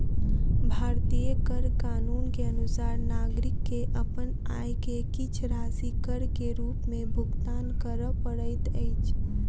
भारतीय कर कानून के अनुसार नागरिक के अपन आय के किछ राशि कर के रूप में भुगतान करअ पड़ैत अछि